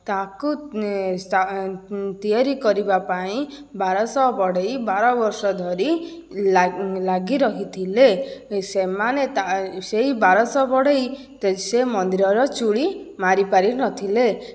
ତା'କୁ ତିଆରି କରିବା ପାଇଁ ବାରଶହ ବଢ଼େଇ ବାର ବର୍ଷ ଧରି ଲାଗି ରହିଥିଲେ ସେମାନେ ତା' ସେଇ ବାରଶହ ବଢ଼େଇ ସେ ମନ୍ଦିରର ଚୂଳି ମାରିପାରି ନଥିଲେ